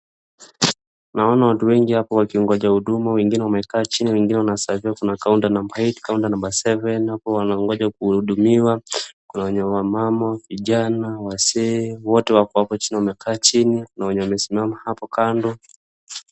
Naona watu wengi hapa wakiongoja huduma, wengine wamekaa chini wengine wana serve iwa, kuna counter number eight, counter number seven , hapo wanangoja kuhudumiwa, kuna wenye wamama, kuna vijana, wazee, wote wako chini wamekaa chini, kuna wenye wamesimama hapo kando.